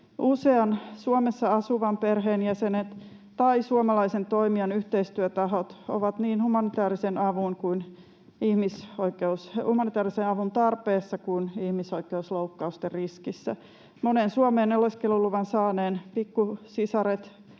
Usean Suomessa asuvan perheenjäsenet tai suomalaisen toimijan yhteistyötahot ovat niin humanitäärisen avun tarpeessa kuin ihmisoikeusloukkausten riskissä. Monen Suomeen oleskeluluvan saaneen pikkusisaret,